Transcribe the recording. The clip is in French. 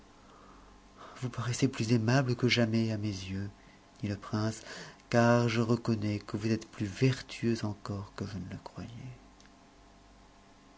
vous paraissez plus aimable que jamais à mes yeux dit le prince car je reconnais que vous êtes plus vertueuse encore que je ne croyais